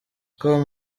com